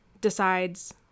decides